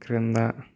క్రింద